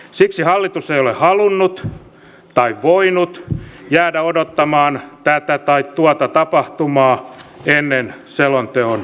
siksi hallitus ei ole halunnut tai voinut jäädä odottamaan tätä tai tuota tapahtumaa ennen selonteon antamista